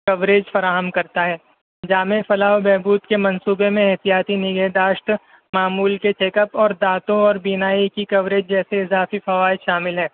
coverage فراہم کرتا ہے جامع فلاح و بہبود کے منصوبے میں احتیاطی نگہداشت معمول کے چیک اپ اور دانتوں اور بینائی کی کوریج جیسے اضافی فوائد شامل ہیں